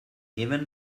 even